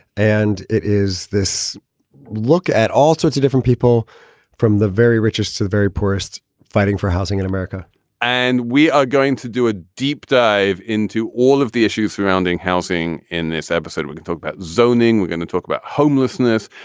and it is this look at all sorts of different people from the very richest to the very poorest fighting for housing in america and we are going to do a deep dive into all of the issues surrounding housing in this episode. we can talk about zoning. we're going to talk about homelessness.